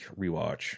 rewatch